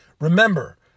Remember